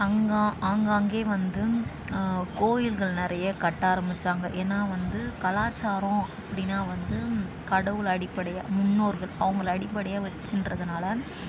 அங்க ஆங்காங்கே வந்து கோயில்கள் நிறைய கட்ட ஆரமித்தாங்க ஏன்னால் வந்து கலாச்சாரம் அப்படினா வந்து கடவுள் அடிப்படையாக முன்னோர்கள் அவங்களை அடிப்படையாக வச்சுன்ட்றதுனால